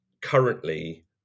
Currently